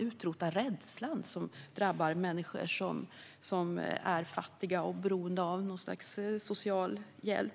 utrota den rädsla som drabbar människor som är fattiga och beroende av något slags social hjälp.